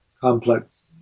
complex